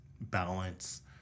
balance